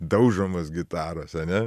daužomos gitaros ane